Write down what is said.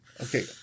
Okay